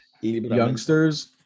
youngsters